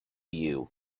you